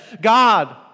God